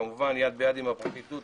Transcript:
כמובן יד ביד עם הפרקליטות